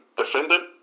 defendant